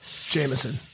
Jameson